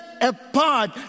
apart